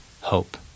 hope